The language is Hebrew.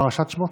פרשת שמות.